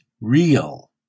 real